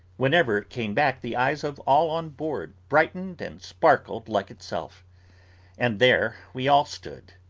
whenever it came back, the eyes of all on board, brightened and sparkled like itself and there we all stood,